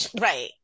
Right